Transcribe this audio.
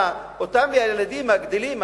אותם ילדים הגדלים,